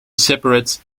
separate